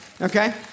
okay